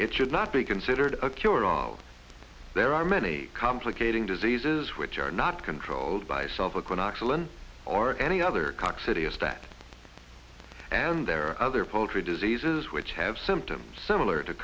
it should not be considered a cure all there are many complicating diseases which are not controlled by salva can actually or any other cock city as that and there are other poultry diseases which have symptoms similar to